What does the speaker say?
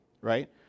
right